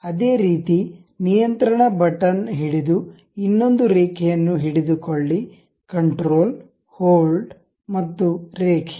ಅದೇ ರೀತಿ ನಿಯಂತ್ರಣ ಬಟನ್ ಹಿಡಿದು ಇನ್ನೊಂದು ರೇಖೆಯನ್ನು ಹಿಡಿದುಕೊಳ್ಳಿ ಕಂಟ್ರೋಲ್ ಹೋಲ್ಡ್ ಮತ್ತು ರೇಖೆ